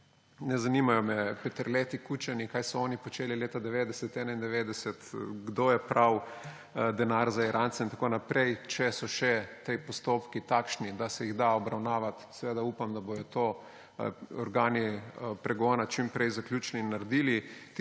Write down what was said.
ne zanimajo me paterleti, kučani, kaj so oni počeli leta 1990, 1991, kdo je prav denar za Irance in tako naprej. Če so še ti postopki takšni, da se jih da obravnavati, seveda upam, da bodo to organi pregona čim prej zaključili in naredili